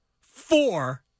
four